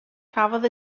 cafodd